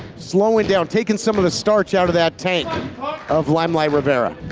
slowing down, taking some of the starch out of that tank of limelight rivera.